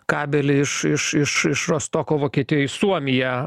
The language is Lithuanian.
kabelį iš iš iš iš rostoko vokietijoj į suomiją